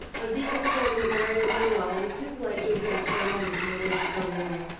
on being informed that marianne was unwell, was too polite to object for a moment to her wish of going away,